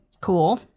Cool